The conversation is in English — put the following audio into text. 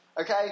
Okay